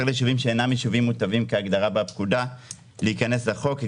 לישובים שאינם ישובים מוטבים כהגדרה בפקודה להיכנס לחוק.